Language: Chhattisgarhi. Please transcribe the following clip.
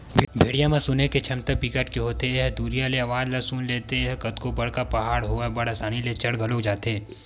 भेड़िया म सुने के छमता बिकट के होथे ए ह दुरिहा ले अवाज ल सुन लेथे, ए ह कतको बड़का पहाड़ होवय बड़ असानी ले चढ़ घलोक जाथे